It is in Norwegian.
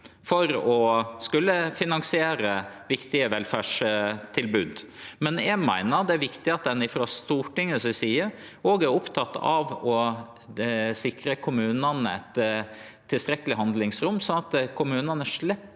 for å skulle finansiere viktige velferdstilbod, men eg meiner det er viktig at ein frå Stortingets side òg er oppteken av å sikre kommunane eit tilstrekkeleg handlingsrom, slik at kommunane slepp